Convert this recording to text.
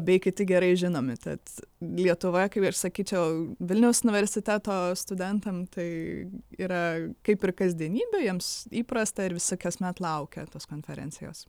bei kiti gerai žinomi tad lietuvoje kaip ir sakyčiau vilniaus universiteto studentam tai yra kaip ir kasdienybė jiems įprasta ir visi kasmet laukia tos konferencijos